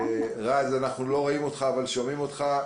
אבל שומעים אותך.